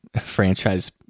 franchise